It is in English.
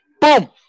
Boom